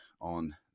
on